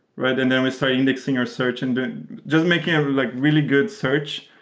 but and and then we started indexing our search and just making a like really good search.